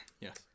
Yes